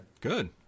good